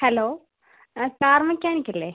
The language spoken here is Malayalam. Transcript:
hello car മെക്കാനിക്കല്ലേ